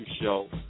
show